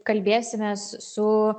kalbėsimės su